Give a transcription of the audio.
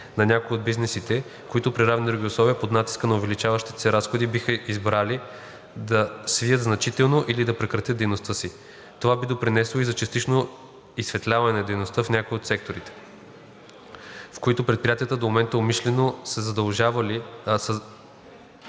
на някои от бизнесите, които при равни други условия, под натиска на увеличаващите се разходи, биха избрали да свият значително или да прекратят дейността си. Това би допринесло и за частично изсветляване на дейността в някои от секторите, в които предприятията до момента умишлено са задържали